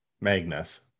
Magnus